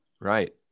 Right